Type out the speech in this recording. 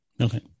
Okay